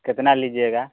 कितना लीजिएगा